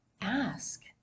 ask